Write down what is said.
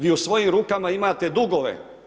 Vi u svojim rukama imate dugove.